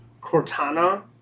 Cortana